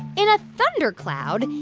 in a thunder cloud,